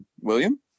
William